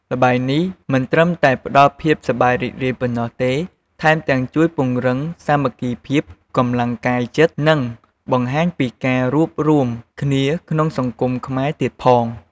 ល្បែងនេះមិនត្រឹមតែផ្តល់ភាពសប្បាយរីករាយប៉ុណ្ណោះទេ ថែមទាំងជួយពង្រឹងសាមគ្គីភាព កម្លាំងកាយចិត្ត និងបង្ហាញពីការរួបរួមគ្នាក្នុងសង្គមខ្មែរទៀតផង។